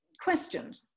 questioned